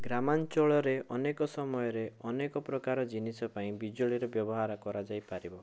ଗ୍ରାମାଞ୍ଚଳରେ ଅନେକ ସମୟରେ ଅନେକପ୍ରକାର ଜିନିଷ ପାଇଁ ବିଜୁଳିର ବ୍ୟବହାର କରାଯାଇ ପାରିବ